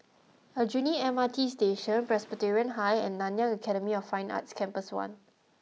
Aljunied M R T Station Presbyterian High and Nanyang Academy of Fine Arts Campus one